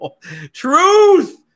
Truth